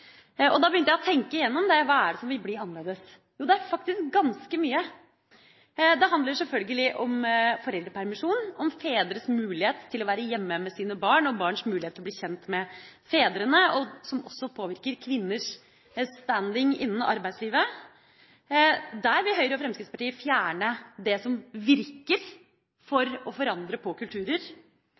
annerledes. Da begynte jeg å tenke gjennom hva det er som vil bli annerledes. Jo, det er faktisk ganske mye. Det handler selvfølgelig om foreldrepermisjon, om fedres mulighet til å være hjemme med sine barn og barns mulighet til å bli kjent med fedrene, som også påvirker kvinners stilling innen arbeidslivet. Høyre og Fremskrittspartiet vil fjerne det som virker for å forandre kulturer.